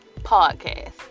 podcast